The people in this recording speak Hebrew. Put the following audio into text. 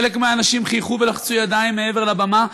חלק מהאנשים חייכו ולחצו ידיים מעבר לבמה.